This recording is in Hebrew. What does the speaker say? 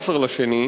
15 בפברואר,